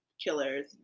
killers